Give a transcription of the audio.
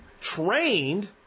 trained